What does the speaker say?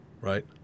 Right